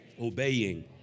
obeying